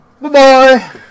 Bye-bye